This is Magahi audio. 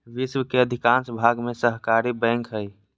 विश्व के अधिकांश भाग में सहकारी बैंक हइ